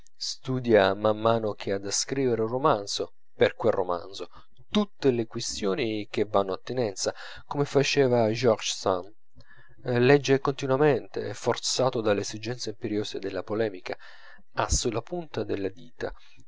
studia man mano che ha da scrivere un romanzo per quel romanzo tutte le quistioni che v'hanno attinenza come faceva george sand legge continuamente forzato dalle esigenze imperiose della polemica ha sulla punta delle dita